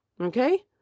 okay